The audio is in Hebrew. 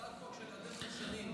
שנייה.